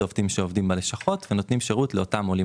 אלה עובדים שעובדים בלשכות ונותנים שירות לאותם עולים